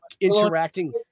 interacting